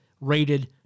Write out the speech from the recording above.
rated